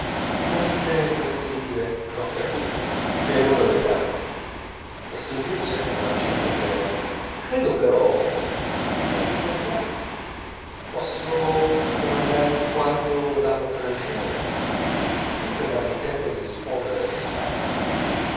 come se volesse dire ho capito sei uno dei tanti e soggiunse con un accento benevolo credo però che sia svegliato posso domandargli quando la potrà ricevere e senza darmi tempo di rispondere disparve